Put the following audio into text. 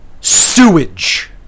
sewage